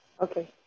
Okay